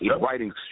writing